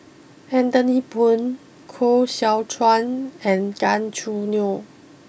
Anthony Poon Koh Seow Chuan and Gan Choo Neo